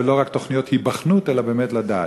ולא רק על תוכניות היבחנות אלא באמת כדי לדעת.